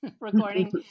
recording